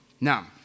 Now